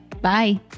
Bye